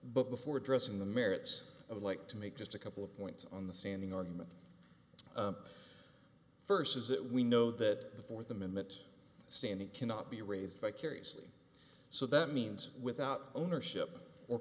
but before addressing the merits of like to make just a couple of points on the standing argument first is that we know that the fourth amendment stand it cannot be raised by curiously so that means without ownership or